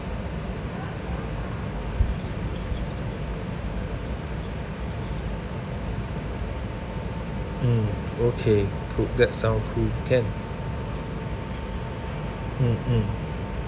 mm okay cool that sound cool can mm mm